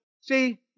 See